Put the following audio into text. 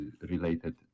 related